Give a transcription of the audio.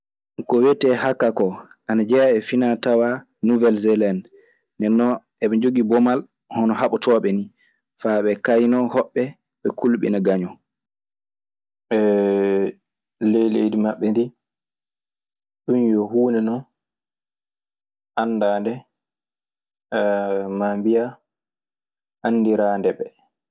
Kowiete hakka ko ana jeha e finatawa nuwelselande, ndennon heɓe jogi ɓomal hono yaɓotooɓe ni fa ɓe kaynon hooɓe, ɓe kulɓina gaŋon. Ley leydi maɓɓe ndii, ɗun yo huunde non anndaande maa mbiyaa anndiraande ɓe.